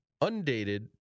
undated